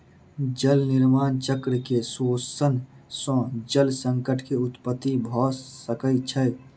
जल निर्माण चक्र के शोषण सॅ जल संकट के उत्पत्ति भ सकै छै